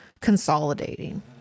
consolidating